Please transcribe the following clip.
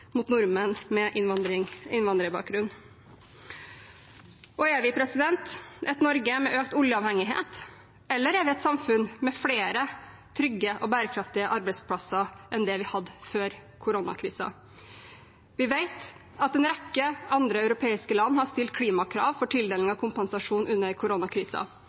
nordmenn med innvandrerbakgrunn? Og er vi et Norge med økt oljeavhengighet, eller er vi et samfunn med flere trygge og bærekraftige arbeidsplasser enn det vi hadde før koronakrisen? Vi vet at en rekke andre europeiske land har stilt klimakrav for tildeling av kompensasjon under